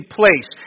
place